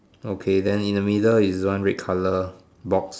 okay then in the middle is one red colour box